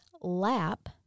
lap